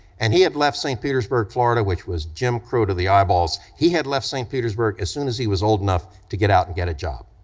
and he had left st. petersburg, florida, which was jim crow to the eyeballs, he had left st. petersburg as soon as he was old enough to get out and get a job.